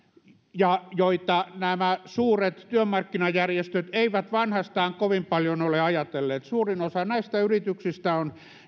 joita nämä suuret työmarkkinajärjestöt eivät vanhastaan kovin paljon ole ajatelleet suurin osa näistä yrityksistä on